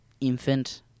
infant